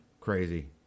Crazy